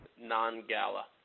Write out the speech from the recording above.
non-gala